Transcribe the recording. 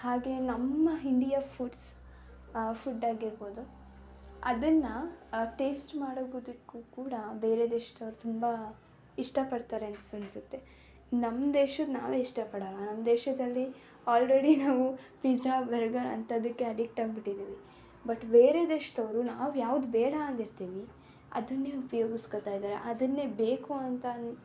ಹಾಗೆ ನಮ್ಮ India foods ಫುಡ್ಡಾಗಿರ್ಬೋದು ಅದನ್ನು ಟೇಸ್ಟ್ ಮಾಡೋಗೋದಕ್ಕು ಕೂಡ ಬೇರೆ ದೇಶ್ದವ್ರು ತುಂಬ ಇಷ್ಟಪಡ್ತಾರೆ ಅನ್ಸಿ ಅನ್ನಿಸುತ್ತೆ ನಮ್ಮ ದೇಶದ ನಾವೇ ಇಷ್ಟಪಡೋಲ್ಲ ನಮ್ಮ ದೇಶದಲ್ಲಿ ಆಲ್ರೆಡಿ ನಾವು ಪೀಝಾ ಬರ್ಗರ್ ಅಂಥದ್ದಕ್ಕೆ ಅಡಿಕ್ಟ್ ಆಗಿಬಿಟ್ಟಿದ್ದೀವಿ ಝಾ ಬಟ್ ಬೇರೆ ದೇಶದವ್ರು ನಾವು ಯಾವ್ದು ಬೇಡ ಅಂದಿರ್ತೀವಿ ಅದನ್ನೇ ಉಪಯೋಗಿಸ್ಕೊಳ್ತಾ ಇದ್ದಾರೆ ಅದನ್ನೇ ಬೇಕು ಅಂತಂದ್